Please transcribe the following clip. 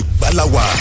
balawa